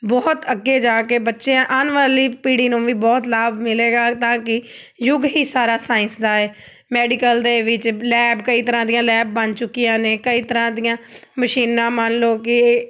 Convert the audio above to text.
ਬਹੁਤ ਅੱਗੇ ਜਾ ਕੇ ਬੱਚੇ ਆਉਣ ਵਾਲੀ ਪੀੜ੍ਹੀ ਨੂੰ ਵੀ ਬਹੁਤ ਲਾਭ ਮਿਲੇਗਾ ਤਾਂ ਕਿ ਯੁੱਗ ਹੀ ਸਾਰਾ ਸਾਇੰਸ ਦਾ ਹੈ ਮੈਡੀਕਲ ਦੇ ਵਿੱਚ ਲੈਬ ਕਈ ਤਰ੍ਹਾਂ ਦੀਆਂ ਲੈਬ ਬਣ ਚੁੱਕੀਆਂ ਨੇ ਕਈ ਤਰ੍ਹਾਂ ਦੀਆਂ ਮਸ਼ੀਨਾਂ ਮੰਨ ਲਓ ਕਿ